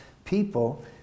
people